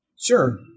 sure